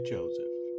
Joseph